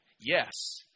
Yes